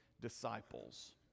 disciples